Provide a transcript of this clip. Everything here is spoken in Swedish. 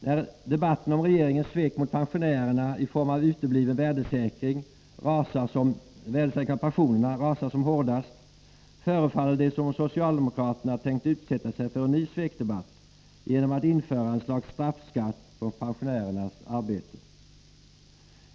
När debatten om regeringens svek mot pensionärerna i form av utebliven värdesäkring av pensionerna rasar som hårdast, förefaller det som om socialdemokraterna tänkte utsätta sig för en ny svekdebatt genom att införa ett slags straffskatt på pensionärernas arbete.